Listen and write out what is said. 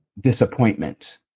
disappointment